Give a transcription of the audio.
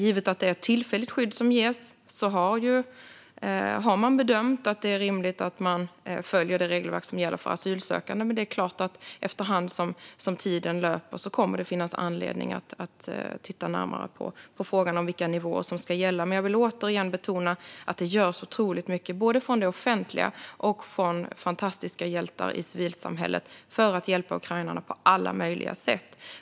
Givet att det är ett tillfälligt skydd som ges har man bedömt att det är rimligt att följa det regelverk som gäller för asylsökande. Efter hand som tiden löper kommer det såklart att finnas anledning att titta närmare på frågan om vilka nivåer som ska gälla. Jag vill återigen betona att det görs otroligt mycket, både från det offentliga och från fantastiska hjältar i civilsamhället, för att hjälpa ukrainarna på alla möjliga sätt.